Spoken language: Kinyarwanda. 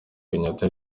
kenyatta